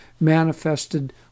manifested